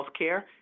healthcare